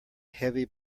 heavy